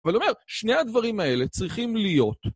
אבל אומר, שני הדברים האלה צריכים להיות.